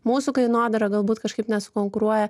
mūsų kainodara galbūt kažkaip nesukonkuruoja